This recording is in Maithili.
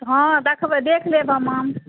हँ देखबै देख लेब हम आम